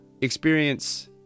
experience